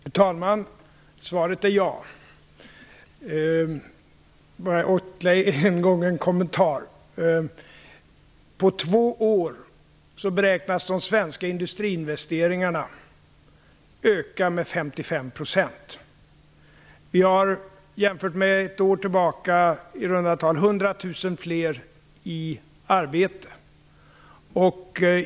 Fru talman! Svaret är ja. På två år beräknas de svenska industriinvesteringarna öka med 55 %. Vi har jämfört med ett år tillbaka i runda tal 100 000 fler i arbete.